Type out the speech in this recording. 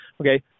Okay